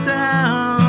down